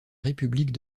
république